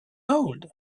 old